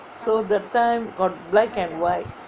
so that time got black and white